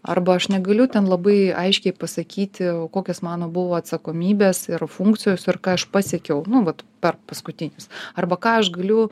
arba aš negaliu ten labai aiškiai pasakyti o kokios man buvo atsakomybės ir funkcijos ir ką aš pasiekiau nu vat per paskutinius arba ką aš galiu